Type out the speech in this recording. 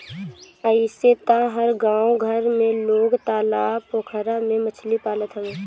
अइसे तअ हर गांव घर में लोग तालाब पोखरा में मछरी पालत हवे